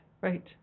right